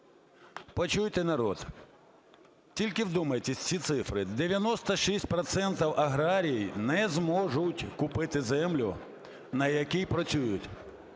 Почуйте народ. Тільки вдумайтесь в ці цифри: 96 процентів аграріїв не зможуть купити землю, на якій працюють